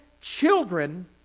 children